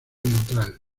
neutral